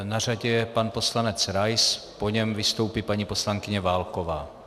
Na řadě je pan poslanec Rais, po něm vystoupí paní poslankyně Válková.